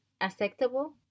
acceptable